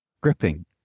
gripping